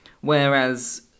Whereas